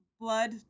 blood